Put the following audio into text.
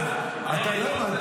אתה לא הבנת.